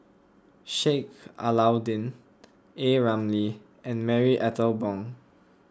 Sheik Alau'ddin A Ramli and Marie Ethel Bong